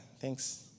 thanks